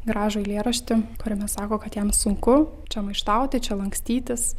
gražų eilėraštį kuriame sako kad jam sunku čia maištauti čia lankstytis